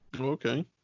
Okay